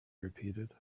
repeated